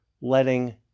letting